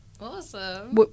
Awesome